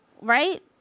right